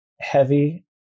heavy